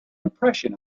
impression